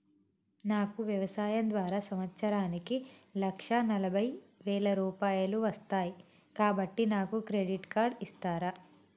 నాకు వ్యవసాయం ద్వారా సంవత్సరానికి లక్ష నలభై వేల రూపాయలు వస్తయ్, కాబట్టి నాకు క్రెడిట్ కార్డ్ ఇస్తరా?